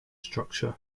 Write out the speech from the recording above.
structure